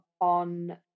on